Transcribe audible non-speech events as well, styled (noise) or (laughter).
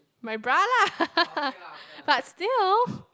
my bra lah (laughs) but still